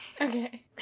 Okay